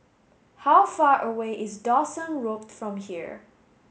how far away is Dawson Road from here